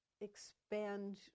expand